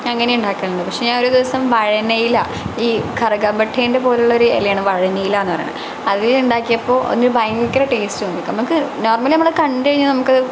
അങ്ങനെ ഉണ്ടാക്കലുണ്ട് പക്ഷെ ഒരു ദിവസം വഴണയില ഈ കറുകപട്ടൻ്റെ പോലെ ഒരു ഇലയാണ് വഴണിയില എന്നു പറയുന്ന അതിൽ ഉണ്ടാക്കിയപ്പോൾ അതിന് ഭയങ്കര ടേസ്റ്റ് ഉണ്ട് നമുക്ക് നോർമലി നമ്മൾ അത് കണ്ട് കഴിഞ്ഞാൽ നമുക്ക് അത്